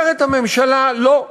אומרת הממשלה: לא.